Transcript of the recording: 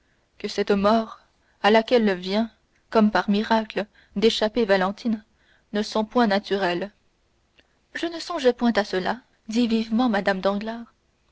que cette mort à laquelle vient comme par miracle d'échapper valentine ne sont point naturelles je ne songeais point à cela dit vivement mme danglars